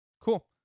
Cool